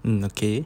mm okay